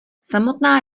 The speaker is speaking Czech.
samotná